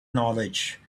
knowledge